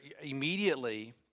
immediately